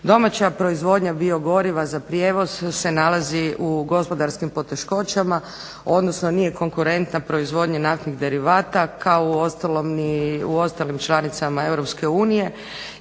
Domaća proizvodnja biogoriva za prijevoz se nalazi u gospodarskim poteškoćama odnosno nije konkurentna proizvodnji naftnih derivata kao uostalom ni u